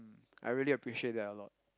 I really appreciate that a lot